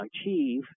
achieve